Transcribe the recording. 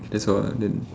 that's all ah then